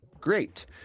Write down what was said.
Great